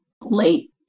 late